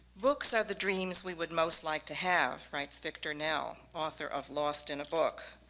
books are the dreams we would most like to have, writes victor nell, author of lost in a book.